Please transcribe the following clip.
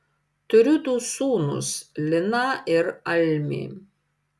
turiu du sūnus liną ir almį